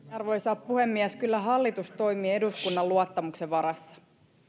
arvoisa puhemies kyllä hallitus toimii eduskunnan luottamuksen varassa